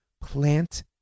plant